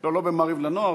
לא ב"מעריב לנוער",